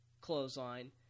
clothesline